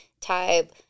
type